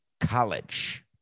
college